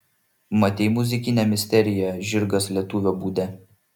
matei muzikinę misteriją žirgas lietuvio būde